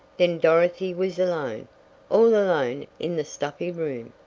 then dorothy was alone all alone in the stuffy room.